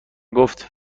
گفت